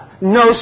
no